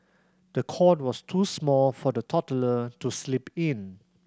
the cot was too small for the toddler to sleep in